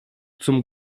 zum